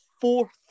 fourth